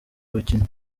bakinnyi